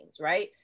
right